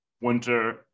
winter